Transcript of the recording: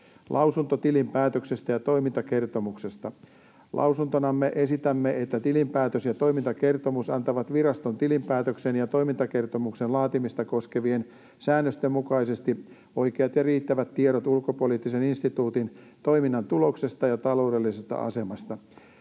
Lausunto tilinpäätöksestä ja toimintakertomuksesta: Lausuntonamme esitämme, että tilinpäätös ja toimintakertomus antavat viraston tilinpäätöksen ja toimintakertomuksen laatimista koskevien säännösten mukaisesti oikeat ja riittävät tiedot Ulkopoliittisen instituutin toiminnan tuloksesta ja taloudellisesta asemasta.